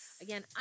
Again